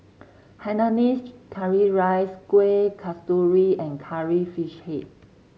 Hainanese Curry Rice Kuih Kasturi and Curry Fish Head